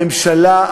הממשלה,